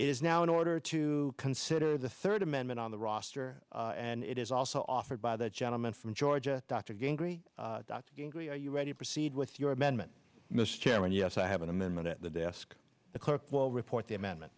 it is now in order to consider the third amendment on the roster and it is also offered by the gentleman from georgia dr gingrey are you ready to proceed with your amendment mr chairman yes i have an amendment at the desk the clerk will report the amendment